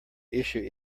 issue